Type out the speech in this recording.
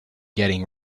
getting